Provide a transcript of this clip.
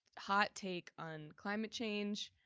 hot take on climate change,